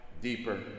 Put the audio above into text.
deeper